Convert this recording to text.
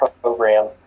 program